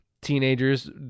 teenagers